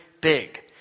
big